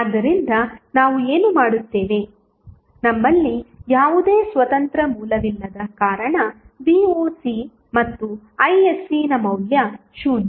ಆದ್ದರಿಂದ ನಾವು ಏನು ಮಾಡುತ್ತೇವೆ ನಮ್ಮಲ್ಲಿ ಯಾವುದೇ ಸ್ವತಂತ್ರ ಮೂಲವಿಲ್ಲದ ಕಾರಣ voc ಮತ್ತು iscನ ಮೌಲ್ಯ 0